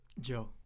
joe